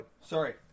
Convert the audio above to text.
Sorry